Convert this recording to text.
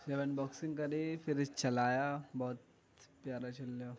جب انباکسنگ کری پھر چلایا بہت پیارا چل رہا